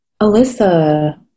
Alyssa